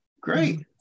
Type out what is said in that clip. great